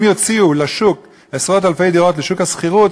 אם יוציאו עשרות-אלפי דירות לשוק השכירות,